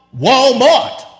Walmart